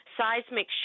seismic